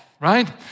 right